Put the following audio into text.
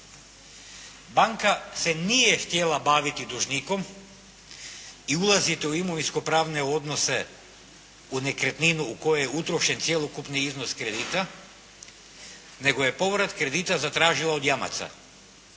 Banka se nije htjela baviti dužnikom i ulaziti u imovinskopravne odnose u nekretninu u koju je utrošen cjelokupni iznos kredita nego je povrat kredita zatražila od jamaca